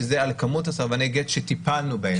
שזה מספר סרבני הגט שטיפלנו בהם.